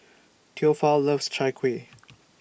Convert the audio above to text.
Theophile loves Chai Kueh